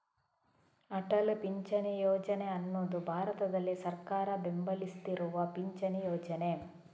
ಅಟಲ್ ಪಿಂಚಣಿ ಯೋಜನೆ ಅನ್ನುದು ಭಾರತದಲ್ಲಿ ಸರ್ಕಾರ ಬೆಂಬಲಿಸ್ತಿರುವ ಪಿಂಚಣಿ ಯೋಜನೆ